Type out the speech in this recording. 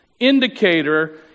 indicator